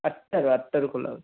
ଆଠଟାରେ ଆଠଟାରେ ଖୋଲା ହେଉଛି